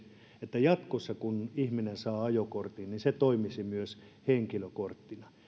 että jatkossa kun ihminen saa ajokortin niin se toimisi myös henkilökorttina